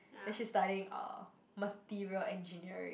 then she studying uh material engineering